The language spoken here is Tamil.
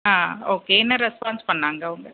ஆ ஓகே என்ன ரெஸ்பான்ஸ் பண்ணாங்க அவங்க